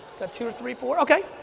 got two, or three, four. okay,